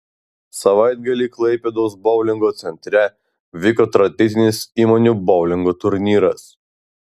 savaitgalį klaipėdos boulingo centre vyko tradicinis įmonių boulingo turnyras